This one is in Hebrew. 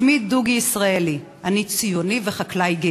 8 אורלי לוי אבקסיס (ישראל ביתנו): 10 ג'מאל